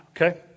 okay